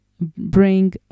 bring